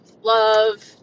love